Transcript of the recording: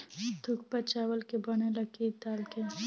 थुक्पा चावल के बनेला की दाल के?